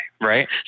Right